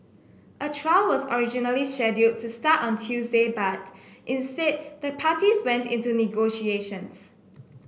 a trial was originally scheduled to start on Tuesday but instead the parties went into negotiations